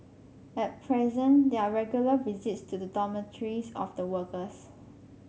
at present there are regular visits to the dormitories of the workers